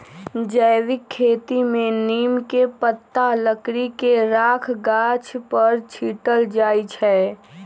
जैविक खेती में नीम के पत्ता, लकड़ी के राख गाछ पर छिट्ल जाइ छै